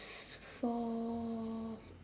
for